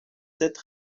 sept